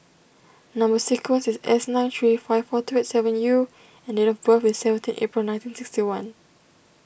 Number Sequence is S nine three five four two eight seven U and date of birth is seventeen April nineteen sixty one